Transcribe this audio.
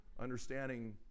understanding